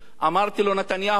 אמרתי לו: נתניהו,